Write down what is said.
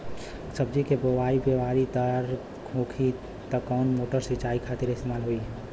सब्जी के बोवाई क्यारी दार होखि त कवन मोटर सिंचाई खातिर इस्तेमाल होई?